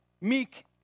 meek